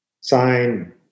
sign